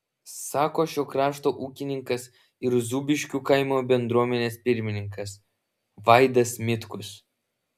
sako šio krašto ūkininkas ir zūbiškių kaimo bendruomenės pirmininkas vaidas mitkus